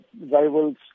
rivals